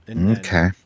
Okay